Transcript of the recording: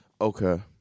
Okay